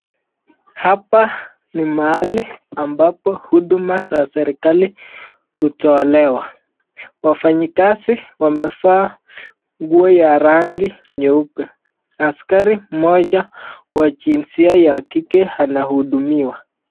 Hapa ni mahali ambapo huduma za serikali hutolewa, wafanyi kazi wamevaa nguo ya rangi nyeupe, askari moja wa jinsia ya kike anahudumiwa.